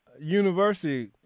University